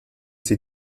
sie